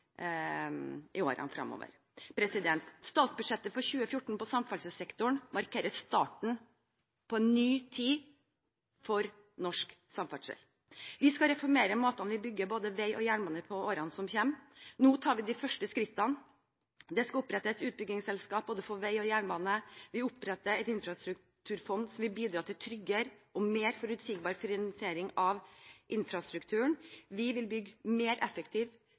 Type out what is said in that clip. i årene fremover. Statsbudsjettet for 2014 på samferdselssektoren markerer starten på en ny tid for norsk samferdsel. Vi skal reformere måten vi bygger både vei og jernbane på, i årene som kommer. Nå tar vi de første skrittene. Det skal opprettes utbyggingsselskap både for vei og jernbane, og vi oppretter et infrastrukturfond som vil bidra til tryggere og mer forutsigbar finansiering av infrastrukturen. Vi vil bygge mer